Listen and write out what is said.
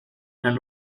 nel